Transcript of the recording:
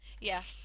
Yes